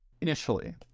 initially